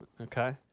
Okay